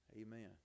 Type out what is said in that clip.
Amen